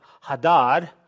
Hadad